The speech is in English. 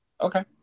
Okay